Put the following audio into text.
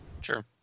Sure